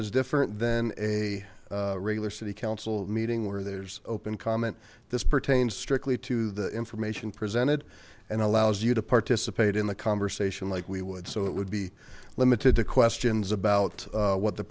is different than a regular city council meeting where there's open comment this pertains strictly to the information presented and allows you to participate in the conversation like we would so it would be limited to questions about what the